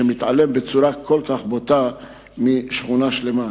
שמתעלם בצורה כל כך בוטה משכונה שלמה.